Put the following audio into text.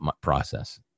process